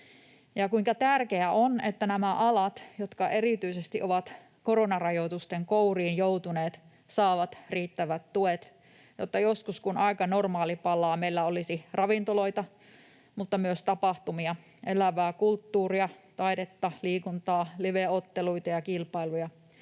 kuinka tärkeää on, että nämä alat, jotka erityisesti ovat koronarajoitusten kouriin joutuneet, saavat riittävät tuet, jotta joskus, kun aika normaali palaa, meillä olisi ravintoloita mutta myös tapahtumia, elävää kulttuuria, taidetta, liikuntaa, live-otteluita ja -kilpailuja,